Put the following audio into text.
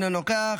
אינו נוכח,